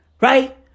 right